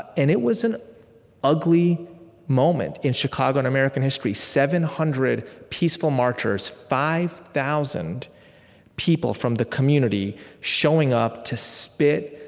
and it was an ugly moment in chicago and american history. seven hundred peaceful marchers, five thousand people from the community showing up to spit,